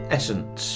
Essence